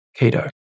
keto